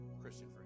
Christian